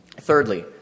Thirdly